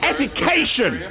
Education